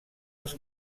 els